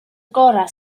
gorau